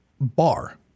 bar